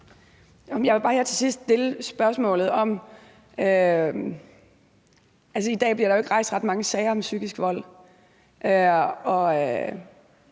Jeg vil bare her til sidst stille et spørgsmål. I dag bliver der jo ikke rejst ret mange sager om psykisk vold.